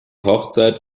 hochzeit